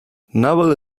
naval